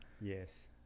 Yes